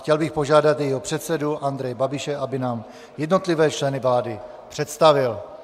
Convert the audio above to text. Chtěl bych požádat jejího předsedu Andreje Babiše, aby nám jednotlivé členy vlády představil.